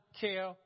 care